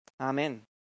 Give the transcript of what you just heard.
Amen